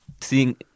seeing